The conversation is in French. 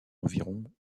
environ